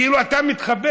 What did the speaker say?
כאילו אתה מתחבא,